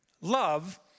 Love